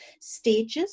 stages